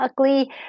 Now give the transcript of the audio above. ugly